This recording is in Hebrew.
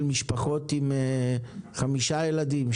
של משפחות עם חמישה ילדים,